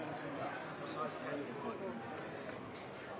en bymiljøpakke som er